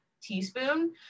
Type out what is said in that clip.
teaspoon